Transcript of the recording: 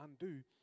undo